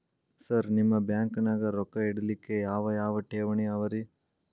Sir ನಿಮ್ಮ ಬ್ಯಾಂಕನಾಗ ರೊಕ್ಕ ಇಡಲಿಕ್ಕೆ ಯಾವ್ ಯಾವ್ ಠೇವಣಿ ಅವ ರಿ?